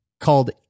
called